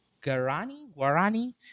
Guarani